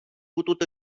putut